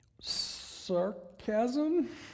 Sarcasm